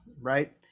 right